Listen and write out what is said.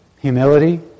humility